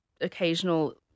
occasional